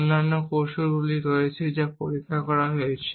অন্যান্য কৌশলগুলিও রয়েছে যা পরীক্ষা করা হয়েছে